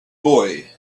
boy